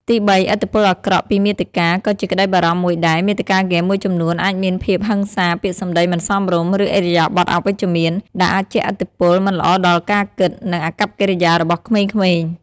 ទីបី ឥទ្ធិពលអាក្រក់ពីមាតិកា ក៏ជាក្តីបារម្ភមួយដែរ មាតិកាហ្គេមមួយចំនួនអាចមានភាពហិង្សា ពាក្យសម្ដីមិនសមរម្យ ឬឥរិយាបថអវិជ្ជមាន ដែលអាចជះឥទ្ធិពលមិនល្អដល់ការគិត និងអាកប្បកិរិយារបស់ក្មេងៗ។